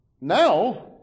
Now